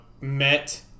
met